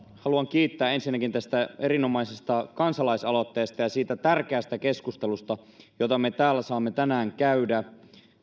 haluan kiittää ensinnäkin tästä erinomaisesta kansalaisaloitteesta ja siitä tärkeästä keskustelusta jota me täällä saamme tänään käydä